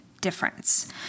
difference